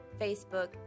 Facebook